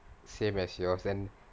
same as yours then